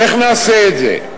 איך נעשה את זה?